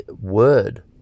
word